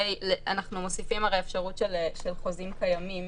הרי מוסיפים אפשרות של חוזים קיימים